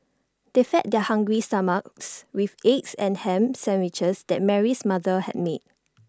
they fed their hungry stomachs with the egg and Ham Sandwiches that Mary's mother had made